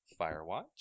firewatch